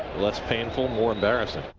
less painful, more embarrassing.